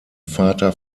vater